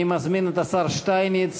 אני מזמין את השר שטייניץ